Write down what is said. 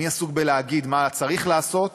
מי עסוק בלהגיד מה צריך לעשות